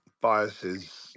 biases